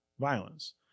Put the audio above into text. violence